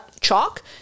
chalk